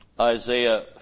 Isaiah